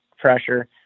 pressure